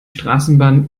straßenbahn